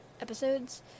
episodes